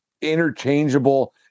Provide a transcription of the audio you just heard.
Interchangeable